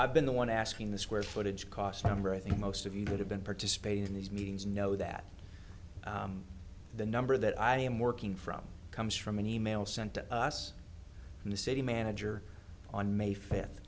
i've been the one asking the square footage cost number i think most of you would have been participating in these meetings and know that the number that i am working from comes from an e mail sent to us from the city manager on may fifth